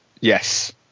Yes